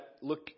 look